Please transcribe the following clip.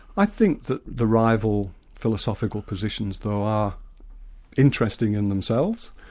i think that the rival philosophical positions though are interesting in themselves.